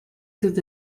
through